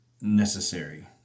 necessary